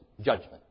judgment